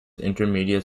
intermediate